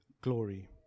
glory